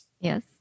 Yes